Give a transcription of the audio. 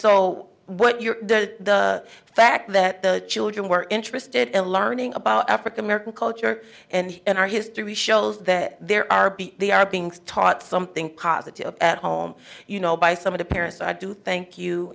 you're the fact that the children were interested in learning about african american culture and our history shows that there are they are being taught something positive at home you know by some of the parents i do thank you